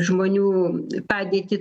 žmonių padėtį